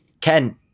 Ken